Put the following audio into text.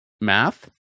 Math